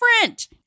different